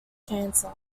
cancer